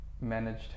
managed